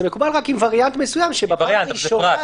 זה מקובל, רק עם וריאנט מסוים --- זה פרט.